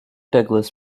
douglas